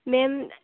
ma'am